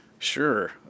Sure